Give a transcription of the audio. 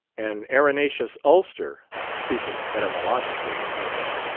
an arenaceous ulster speaking etymologically, he said.